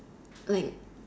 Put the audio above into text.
like